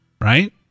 right